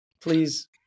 please